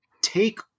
take